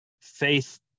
faith